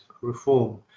reform